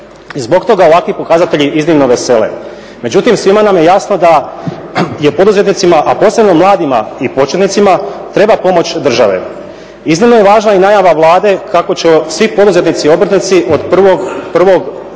zbog toga ovakvi pokazatelji iznimno vesele. Međutim svima nam je jasno da je poduzetnicima, a posebno mladima i početnicima treba pomoć države. Iznimno je važna i najava Vlade kako će svi poduzetnici i obrtnici od